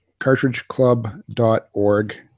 cartridgeclub.org